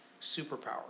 superpower